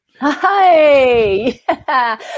Hi